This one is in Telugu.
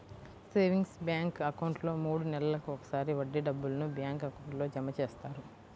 సేవింగ్స్ బ్యాంక్ అకౌంట్లో మూడు నెలలకు ఒకసారి వడ్డీ డబ్బులను బ్యాంక్ అకౌంట్లో జమ చేస్తారు